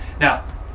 now